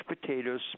potatoes